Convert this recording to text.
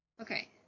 Okay